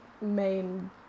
main